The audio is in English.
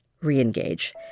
re-engage